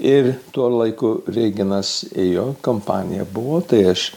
ir tuo laiku reginas ėjo kampanija buvo tai aš